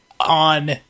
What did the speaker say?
On